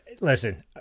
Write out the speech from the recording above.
Listen